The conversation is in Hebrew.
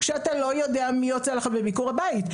שאתה לא יודע מי יוצא עליך בביקור הבית.